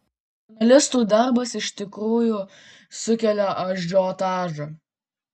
žurnalistų darbas iš tikrųjų sukelia ažiotažą